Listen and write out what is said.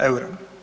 Eura.